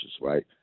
right